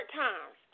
times